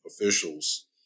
officials